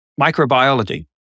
microbiology